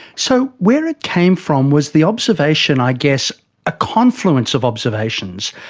so where it came from was the observation, i guess a confluence of observations,